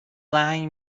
زنگ